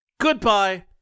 Goodbye